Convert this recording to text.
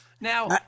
Now